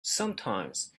sometimes